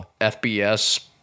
FBS